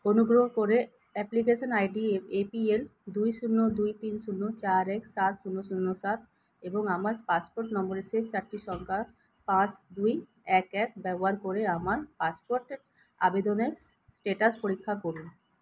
অনুগ্রহ করে application I D A A P L দুই শূন্য দুই তিন শূন্য চার এক সাত শূন্য শূন্য সাত এবং আমার পাসপোর্ট নম্বরের শেষ চারটি সংখ্যা পাঁচ দুই এক এক ব্যবয়ার করে আমার পাসপোর্টের আবেদনের স্টেটাস পরীক্ষা করুন